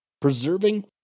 preserving